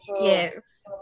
Yes